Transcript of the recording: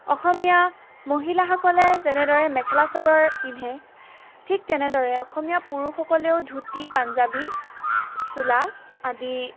অসমীয়া মহিলাসকলে যেনেদৰে মেখেলা চাদৰ পিন্ধে ঠিক তেনেদৰে অসমীয়া পুৰুষসকলেও ধুতি পাঞ্জাবী চোলা আদি